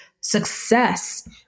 success